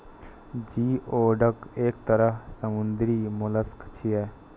geoduck एक तरह समुद्री मोलस्क छियै